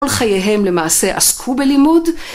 ‫כל חייהם למעשה עסקו בלימוד,